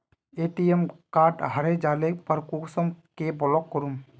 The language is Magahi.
ए.टी.एम कार्ड हरे जाले पर कुंसम के ब्लॉक करूम?